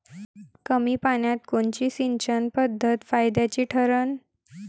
कमी पान्यात कोनची सिंचन पद्धत फायद्याची ठरन?